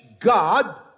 God